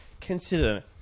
consider